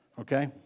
Okay